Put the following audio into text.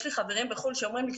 יש לי חברים בחו"ל שאומרים לי,